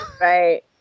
Right